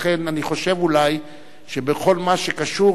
לכן אני חושב שאולי בכל מה שקשור,